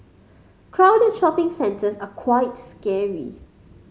crowded shopping centres are quite scary